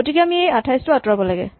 গতিকে আমি এই ২৮ টো আঁতৰাব লাগে